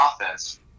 offense